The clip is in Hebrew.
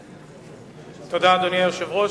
תודה, אדוני היושב-ראש.